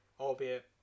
albeit